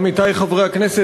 עמיתי חברי הכנסת,